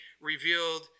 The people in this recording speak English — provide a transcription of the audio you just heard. revealed